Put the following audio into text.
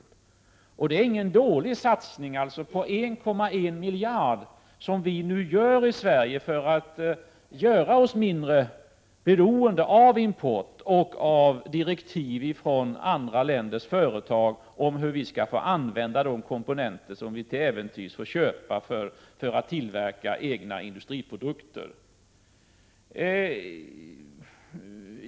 Det är alltså ingen dålig satsning — 1,1 miljarder kronor —som vi nu gör för att göra Sverige mindre beroende av import och av direktiv från andra länders företag om hur vi skall få använda de komponenter som vi till äventyrs får köpa för att tillverka egna industriprodukter.